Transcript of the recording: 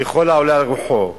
ככל העולה על רוחו,